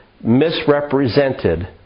misrepresented